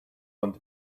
want